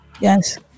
yes